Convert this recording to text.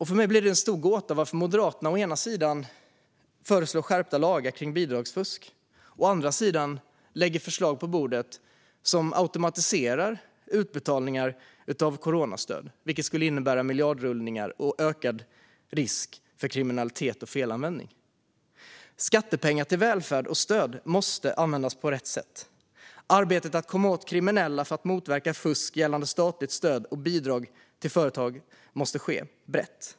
För mig är det en stor gåta varför Moderaterna å ena sidan föreslår skärpta lagar kring bidragsfusk och å andra sidan lägger förslag på bordet som handlar om att automatisera utbetalningar av coronastöd, vilket skulle innebära miljardrullningar och en ökad risk för kriminalitet och felanvändning. Skattepengar till välfärd och stöd måste användas på rätt sätt. Arbetet med att komma åt kriminella för att motverka fusk gällande statligt stöd och bidrag till företag måste ske brett.